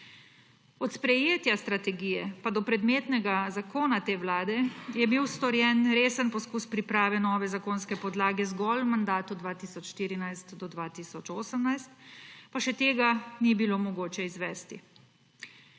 Od sprejetja strategije pa do predmetnega zakona te vlade je bil storjen resen poskus priprave nove zakonske podlage zgolj v mandatu 2014–2018, pa še tega ni bilo mogoče izvesti.